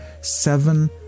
seven